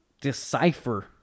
Decipher